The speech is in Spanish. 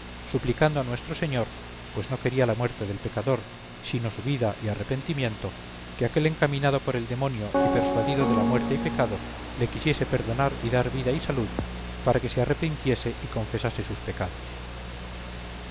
suplicando a nuestro señor pues no quería la muerte del pecador sino su vida y arrepentimiento que aquel encaminado por el demonio y persuadido de la muerte y pecado le quisiese perdonar y dar vida y salud para que se arrepintiese y confesase sus pecados